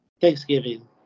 Thanksgiving